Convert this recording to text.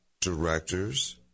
directors